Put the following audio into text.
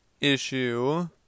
issue